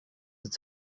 its